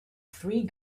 three